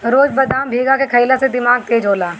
रोज बदाम भीगा के खइला से दिमाग तेज होला